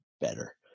better